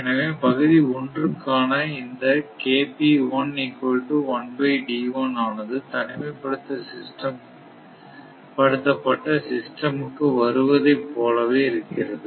எனவே பகுதி 1 காண இந்த ஆனது தனிமைப்படுத்த சிஸ்டம் க்கு வருவதைப் போலவே இருக்கிறது